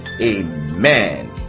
Amen